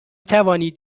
توانید